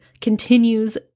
Continues